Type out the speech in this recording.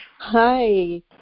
Hi